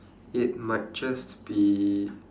it might just be